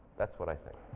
that's what i think.